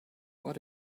what